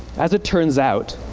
as it turns out,